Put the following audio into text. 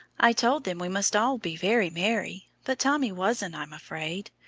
i told them we must all be very merry, but tommy wasn't, i'm afraid.